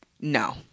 No